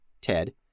Ted